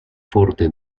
forte